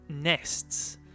nests